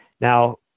Now